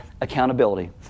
accountability